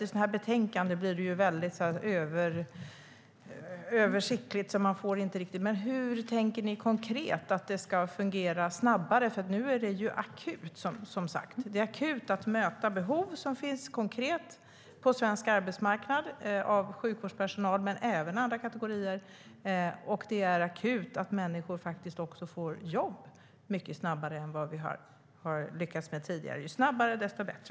I betänkanden blir det gärna väldigt översiktligt, och man ser inte alltid den konkreta tillämpningen. Hur tänker ni konkret att valideringen ska fungera snabbare? Nu är det akut att möta behov som finns på svensk arbetsmarknad. Det gäller sjukvårdspersonal och även andra kategorier. Och det är akut att människor faktiskt också får jobb snabbare, ju snabbare desto bättre.